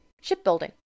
shipbuilding